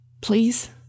Please